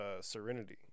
serenity